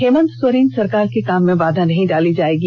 हेमन्त सोरेन सरकार के कामों में बाधा नहीं डाली जाएगी